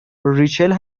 ریچل